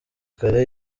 kare